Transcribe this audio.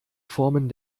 formen